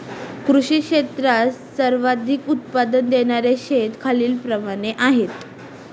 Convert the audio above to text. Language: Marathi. कृषी क्षेत्रात सर्वाधिक उत्पादन घेणारे देश खालीलप्रमाणे आहेत